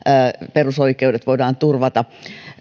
perusoikeudet voidaan turvata